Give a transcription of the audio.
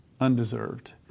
undeserved